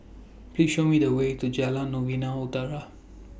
Please Show Me The Way to Jalan Novena Utara